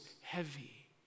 heavy